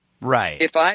Right